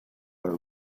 are